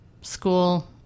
school